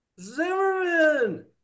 Zimmerman